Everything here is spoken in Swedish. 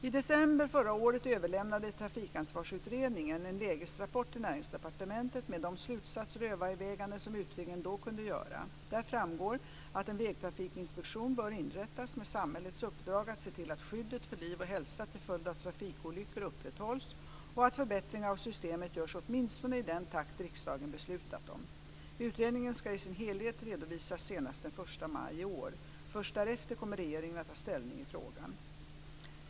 I december förra året överlämnade Trafikansvarsutredningen en lägesrapport till Näringsdepartementet med de slutsatser och överväganden som utredningen då kunde göra. Där framgår att en vägtrafikinspektion bör inrättas med samhällets uppdrag att se till att skyddet för liv och hälsa till följd av trafikolyckor upprätthålls och att förbättringar av systemet görs åtminstone i den takt riksdagen beslutat om. Utredningen ska i sin helhet redovisas senast den 1 maj i år. Först därefter kommer regeringen att ta ställning i frågan.